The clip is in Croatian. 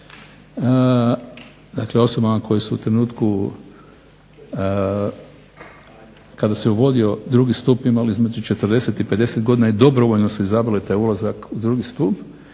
dakle osobama koje su u trenutku kada se uvodio drugi stup imali između 40 i 50 godina i dobrovoljno su izabrali taj ulazak u drugi stup